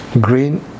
Green